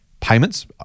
payments